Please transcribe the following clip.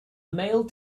male